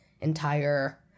entire